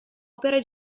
opere